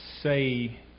say